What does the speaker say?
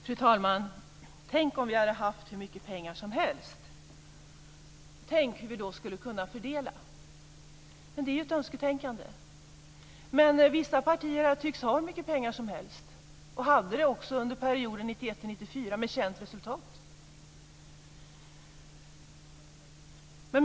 Fru talman! Tänk om vi hade haft hur mycket pengar som helst! Tänk hur vi då skulle kunna fördela! Men det är ju ett önsketänkande. Vissa partier tycks dock ha hur mycket pengar som helst - och hade det också under perioden 1991-1994 med känt resultat.